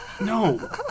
No